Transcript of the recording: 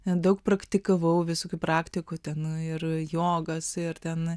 nedaug praktikavau visokių praktikų ten ir jogas ir ten